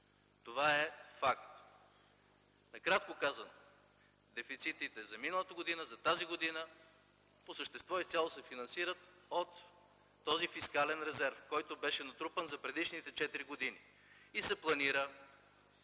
Това е факт. Накратко казано – дефицитите за миналата година, за тази година, по същество изцяло се финансират от този фискален резерв, който беше натрупан за предишните четири години. И се планира